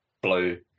blue